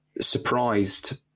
surprised